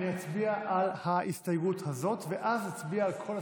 אני אצביע על ההסתייגות הזאת ואז אצביע על כל הסעיפים.